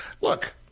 Look